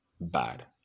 bad